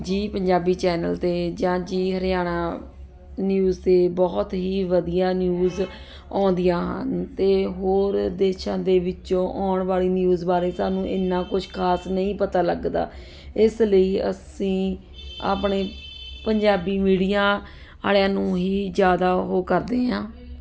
ਜੀ ਪੰਜਾਬੀ ਚੈਨਲ ਤੇ ਜਾਂ ਜੀ ਹਰਿਆਣਾ ਨਿਊਜ਼ ਤੇ ਬਹੁਤ ਹੀ ਵਧੀਆ ਨਿਊਜ਼ ਆਉਂਦੀਆਂ ਤੇ ਹੋਰ ਦੇਸ਼ਾਂ ਦੇ ਵਿੱਚੋਂ ਆਉਣ ਵਾਲੀ ਨਿਊਜ਼ ਬਾਰੇ ਸਾਨੂੰ ਇਨਾ ਕੁਝ ਖਾਸ ਨਹੀਂ ਪਤਾ ਲੱਗਦਾ ਇਸ ਲਈ ਅਸੀਂ ਆਪਣੇ ਪੰਜਾਬੀ ਮੀਡੀਆ ਵਾਲਿਆਂ ਨੂੰ ਹੀ ਜਿਆਦਾ ਉਹ ਕਰਦੇ ਆ